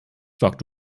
sag